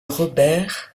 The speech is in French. robert